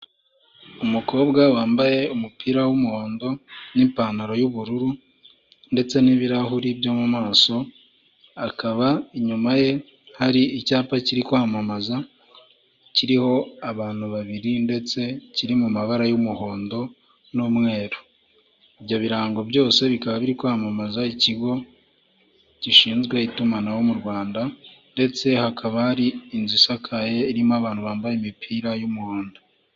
Umukobwa wambaye umupira w'umuhondo n'ipantaro y'ubururu ndetse n'ibirahuri byo mu maso, akaba inyuma ye hari icyapa kiri kwamamaza; kiriho abantu babiri ndetse kiri mu mabara y'umuhondo n'umweru, ibyo birango byose bikaba biri kwamamaza ikigo gishinzwe itumanaho mu Rwanda, ndetse hakaba hari inzu isakaye irimo abantu bambaye imipira y'umuhondo.